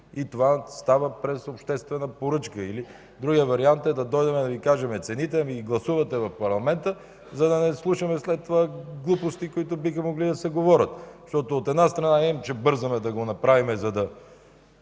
Това става през обществена поръчка. Другият вариант е да дойдем и да Ви кажем цените, да ги гласувате в парламента, за да не слушаме след това глупости, които биха могли да се говорят. Защото от една страна хем бързаме да го направим, за да